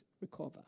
recover